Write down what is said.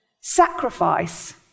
sacrifice